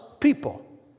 people